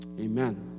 Amen